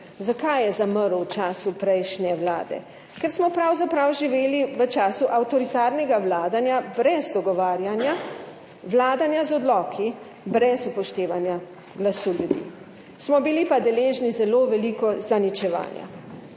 Zakaj je zamrl v času prejšnje vlade? Ker smo pravzaprav živeli v času avtoritarnega vladanja, brez dogovarjanja, vladanje z odloki, brez upoštevanja glasu ljudi. Smo pa bili deležni zelo veliko zaničevanja.